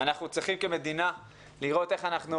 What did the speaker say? אנחנו צריכים כמדינה לראות איך אנחנו